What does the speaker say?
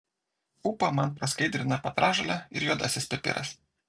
ūpą man praskaidrina petražolė ir juodasis pipiras